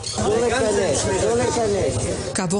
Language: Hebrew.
הסיבה שפתחנו בסרטון שהוא באמת כל כך מערער שקשה לעבור